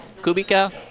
Kubica